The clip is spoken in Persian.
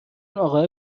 اقاهه